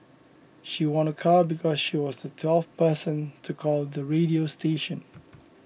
she won a car because she was the twelfth person to call the radio station